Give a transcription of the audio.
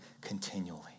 continually